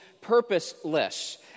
purposeless